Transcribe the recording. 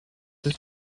ist